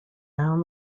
down